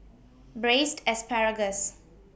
Braised Asparagus